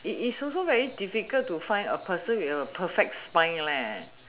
it is also very difficult to find a person with a perfect spine